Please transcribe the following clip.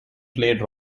played